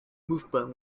movement